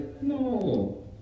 No